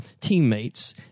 teammates